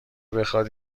بخواد